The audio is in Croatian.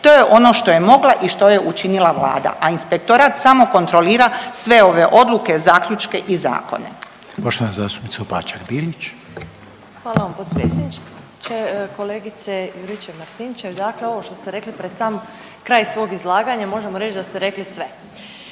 To je ono što je mogla i što je učinila Vlada, a inspektorat samo kontrolira sve ove odluke, zaključke i zakone.